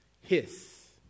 Hiss